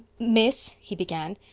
miss, he began.